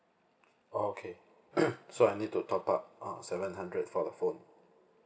oh okay so I need to top up uh seven hundred for the phone